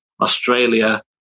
australia